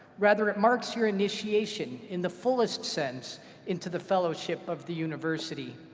rather it marks your initiation in the fullest sense into the fellowship of the university.